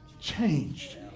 changed